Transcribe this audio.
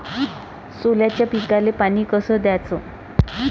सोल्याच्या पिकाले पानी कस द्याचं?